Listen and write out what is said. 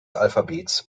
buchstabiert